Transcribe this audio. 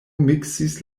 miksis